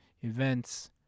events